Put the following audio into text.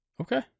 Okay